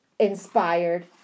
inspired